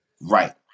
right